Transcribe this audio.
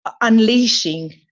unleashing